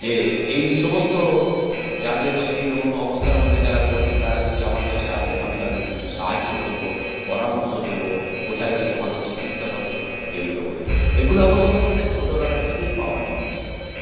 যে এই সমস্ত যাদের এই রকম অবস্থার মধ্যে যারা পড়বে তারা যদি আমার কাছে আসে আমি তাদের কিছু সাহায্য করবো পরামর্শ দেবো কোথায় গেলে ভালো চিকিৎসা পাবে এইগুলো করি এগুলো অবশ্য আমাদের ছোটোবেলার থেকেই পাওয়া জিনিস